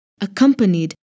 accompanied